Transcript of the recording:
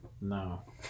No